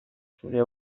zure